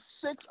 six